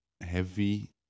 heavy